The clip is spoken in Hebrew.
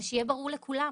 כדי שיהיה ברור לכולם